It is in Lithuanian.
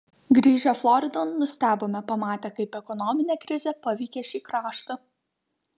grįžę floridon nustebome pamatę kaip ekonominė krizė paveikė šį kraštą